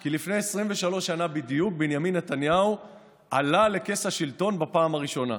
כי לפני 23 שנים בדיוק בנימין נתניהו עלה על כס השלטון בפעם הראשונה.